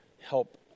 help